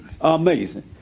Amazing